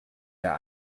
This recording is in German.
der